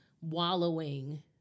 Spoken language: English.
wallowing